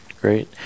great